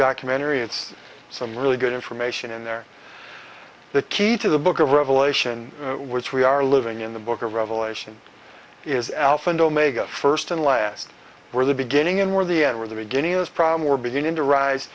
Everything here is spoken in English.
documentary it's some really good information in there the key to the book of revelation which we are living in the book of revelation is alpha and omega first and last where the beginning and where the end where the beginning is problem were beginning to rise